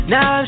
Now